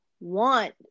want